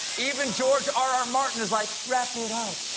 even george r r. martin is like, wrap it up.